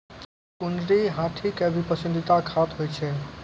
कुनरी हाथी के भी पसंदीदा खाद्य होय छै